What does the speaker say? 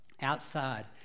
outside